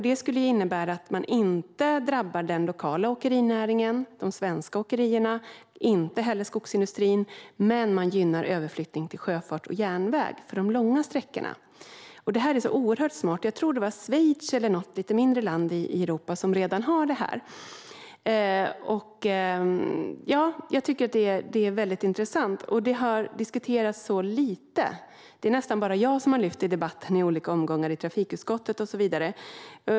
Det skulle innebära att den lokala åkerinäringen, de svenska åkerierna och skogsindustrin inte drabbas, men man gynnar överflyttning till sjöfart och järnväg för de långa sträckorna. Detta är så oerhört smart. Jag tror att det är Schweiz eller något annat lite mindre land i Europa som redan har detta. Jag tycker att det är mycket intressant. Men det har diskuterats så lite. Det är nästan bara jag som har lyft fram det i debatten i olika omgångar i trafikutskottet och så vidare.